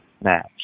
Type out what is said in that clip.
match